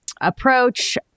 approach